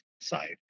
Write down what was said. side